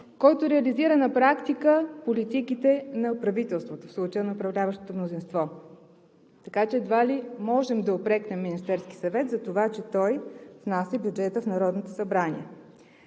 който реализира на практика политиките на правителството, в случая на управляващото мнозинство. Така че едва ли можем да упрекнем Министерския съвет за това, че той внася бюджета в Народното събрание.